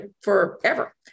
forever